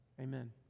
Amen